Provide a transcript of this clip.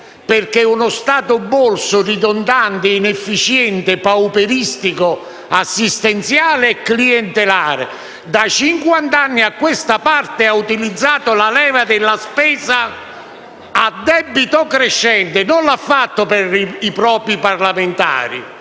perché uno Stato bolso, ridondante, inefficiente, pauperistico, assistenziale e clientelare da cinquant'anni a questa parte ha utilizzato la leva della spesa a debito crescente. E non lo ha fatto per i propri parlamentari,